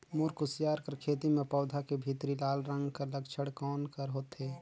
मोर कुसियार कर खेती म पौधा के भीतरी लाल रंग कर लक्षण कौन कर होथे?